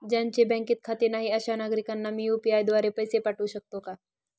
ज्यांचे बँकेत खाते नाही अशा नागरीकांना मी यू.पी.आय द्वारे पैसे पाठवू शकतो का?